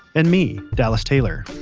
and me, dallas taylor.